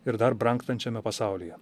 ir dar brangstančiame pasaulyje